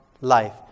life